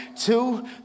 two